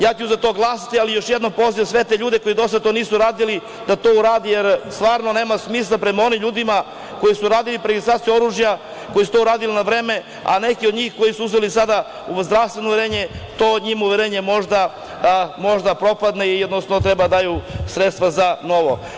Ja ću za to glasati, ali još jednom pozivam sve te ljude koji do sada to nisu uradili da to urade, jer stvarno nema smisla prema onim ljudima koji su radili preregistraciju oružja, koji su to uradili na vreme, a neki od njih, koji su uzeli sada zdravstveno uverenje, to uverenje njima može da propadne i jednostavno treba da daju sredstva za novo.